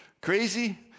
Crazy